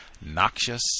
noxious